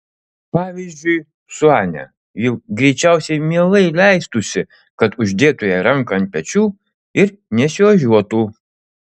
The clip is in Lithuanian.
pavyzdžiui su ane ji greičiausiai mielai leistųsi kad uždėtų jai ranką ant pečių ir nesiožiuotų